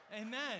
Amen